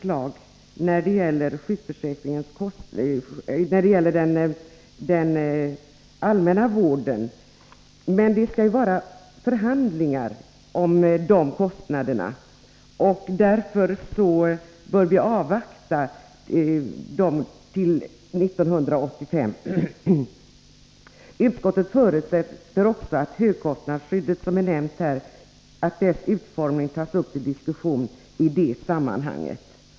Senare kommer att läggas fram ett förslag när det gäller den allmänna vården, men det skall vara förhandlingar om de kostnaderna. Därför bör vi avvakta till 1985. Utskottet förutsätter också att utformningen av högkostnadsskyddet — som här nämnts — tas upp till diskussion i det sammanhanget.